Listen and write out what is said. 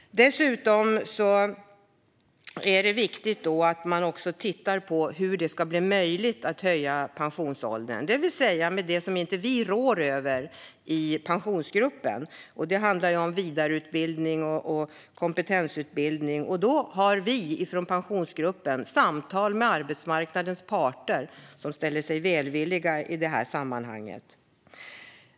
Dessutom är det viktigt att titta på hur det ska bli möjligt att höja pensionsåldern med hjälp av sådant som vi i Pensionsgruppen inte råder över. Det handlar om vidareutbildning och kompetensutbildning. Vi i Pensionsgruppen för samtal med arbetsmarknadens parter, som ställer sig välvilliga till detta.